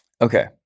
Okay